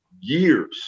years